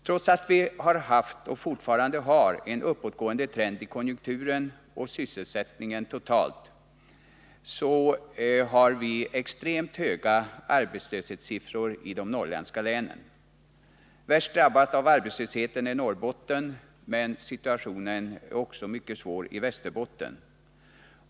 Trots att vi har haft och fortfarande har en uppåtgående trend i konjunkturen och sysselsättningen totalt har vi extremt höga arbetslöshetssiffror i de norrländska länen. Värst drabbat av arbetslösheten är Norrbotten, men situationen är också mycket svår i Västerbotten.